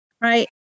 right